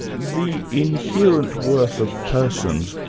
the inherent worth of persons,